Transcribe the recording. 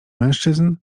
mężczyzn